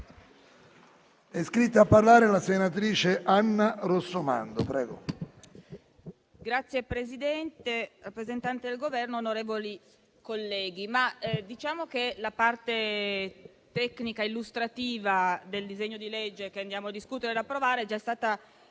È iscritta a parlare la senatrice Rossomando.